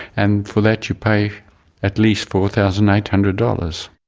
and for that you pay at least four thousand eight hundred dollars.